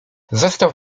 zostaw